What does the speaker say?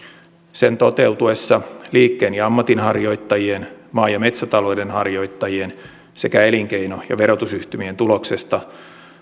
sen toteutuessa liikkeen ja ammatinharjoittajien maa ja metsätalouden harjoittajien sekä elinkeino ja verotusyhtymien tuloksesta